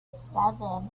seven